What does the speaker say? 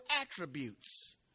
attributes